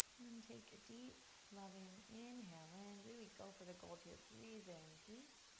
then take a deep, loving inhale in. really go for the gold here. breathe in deep.